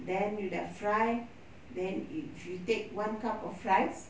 then you dah fry then you you take one cup of rice